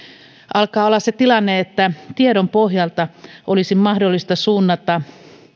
alkaa olla se tilanne että tiedon pohjalta olisi mahdollista suunnata